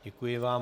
Děkuji vám.